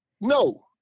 No